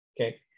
Okay